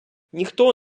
ніхто